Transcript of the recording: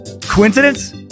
Coincidence